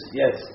yes